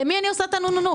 למי אני עושה את ה"נו-נו-נו"?